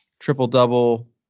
Triple-double